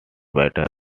better